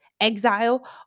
exile